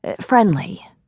Friendly